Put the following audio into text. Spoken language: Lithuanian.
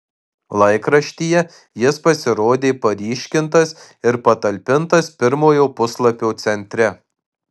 laikraštyje jis pasirodė paryškintas ir patalpintas pirmojo puslapio centre